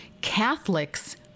Catholics